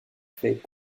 fait